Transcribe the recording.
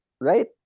right